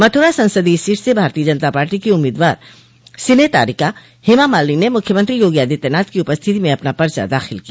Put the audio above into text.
मथुरा संसदीय सीट से भारतीय जनता पार्टी की उम्मीदवार सिने तारिका हेमा मालिनी ने मुख्यमंत्री योगी आदित्यनाथ की उपस्थित में अपना पर्चा दाखिल किया